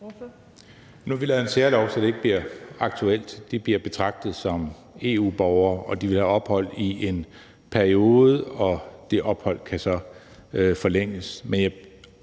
Nu har vi lavet en særlov, så det ikke bliver aktuelt. De bliver betragtet som EU-borgere, og de vil have ophold i en periode, og det ophold kan så forlænges.